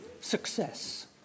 Success